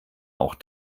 auch